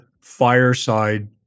fireside